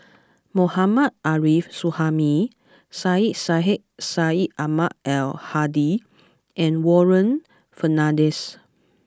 Mohammad Arif Suhaimi Syed Sheikh Syed Ahmad Al Hadi and Warren Fernandez